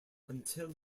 until